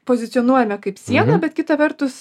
pozicionuojame kaip sieną bet kita vertus